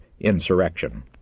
insurrection